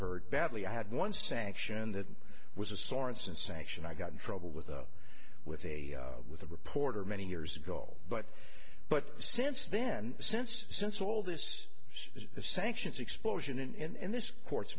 hurt badly i had one sanction that was a sorenson sanction i got in trouble with a with a with a reporter many years ago but but since then since since all this is the sanctions explosion in